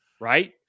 Right